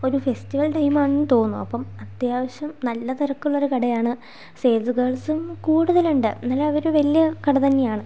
ഒരു festival time ആണെന്ന് തോന്നുന്നു അപ്പം അത്യാവശ്യം നല്ല തിരക്കുള്ളൊരു കടയാണ് സെയിൽസ് ഗേൾസും കൂടുതലുണ്ട് എന്നാലും അതൊരു വലിയ കട തന്നെയാണ്